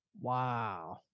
Wow